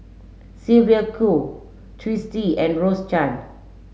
Sylvia Kho Twisstii and Rose Chan